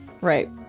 Right